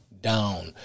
down